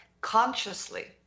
consciously